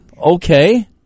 Okay